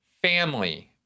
Family